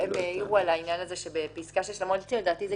צריך